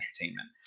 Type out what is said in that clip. entertainment